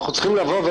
האחרונות.